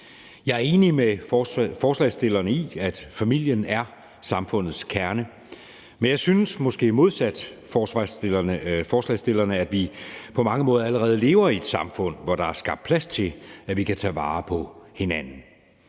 Jeg er enig med forslagsstillerne i, at familien er samfundets kerne, men jeg synes måske modsat forslagsstillerne, at vi på mange måder allerede lever i et samfund, hvor der er skabt plads til, at vi kan tage vare på hinanden.